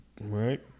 Right